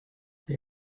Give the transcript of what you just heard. they